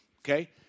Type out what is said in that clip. Okay